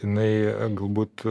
jinai galbūt